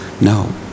No